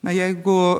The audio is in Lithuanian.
na jeigu